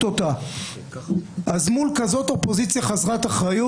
אין סיבה שיעשה את זה יום לפני פיזור הכנסת.